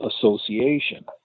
Association